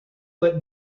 that